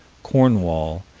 cornwall,